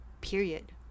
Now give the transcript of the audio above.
period